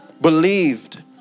believed